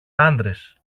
άντρες